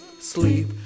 sleep